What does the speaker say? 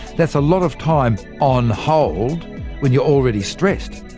that's a lot of time on hold when you're already stressed!